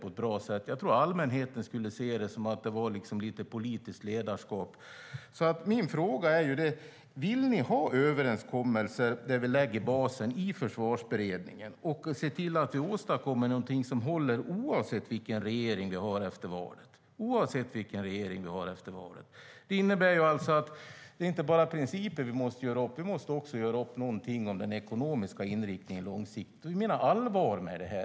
Jag tror att allmänheten skulle se det som att det var politiskt ledarskap. Min fråga är: Vill ni ha överenskommelser där vi lägger basen i Försvarsberedningen och ser till att åstadkomma någonting som håller oavsett vilken regering vi har efter valet? Det är inte bara principer vi måste göra upp om, utan vi måste också göra upp om den ekonomiska inriktningen långsiktigt. Vi menar allvar med det här.